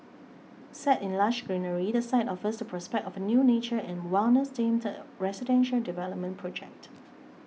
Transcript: set in lush greenery the site offers the prospect of a new nature and wellness themed residential development project